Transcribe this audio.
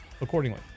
accordingly